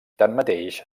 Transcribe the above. tanmateix